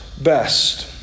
best